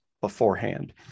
beforehand